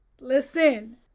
listen